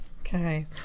Okay